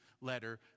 letter